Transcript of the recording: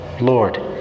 Lord